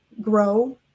grow